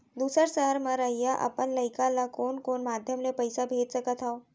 दूसर सहर म रहइया अपन लइका ला कोन कोन माधयम ले पइसा भेज सकत हव?